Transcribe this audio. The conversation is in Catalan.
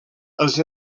els